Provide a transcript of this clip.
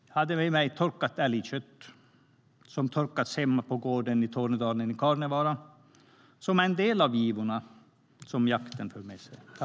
Jag hade med mig torkat älgkött som torkats hemma på gården i Kaarnevaara i Tornedalen och som är en del av gåvorna som jakten för med sig.